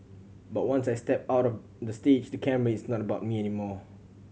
but once I step out of the stage the camera it's not about me anymore